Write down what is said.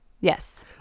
Yes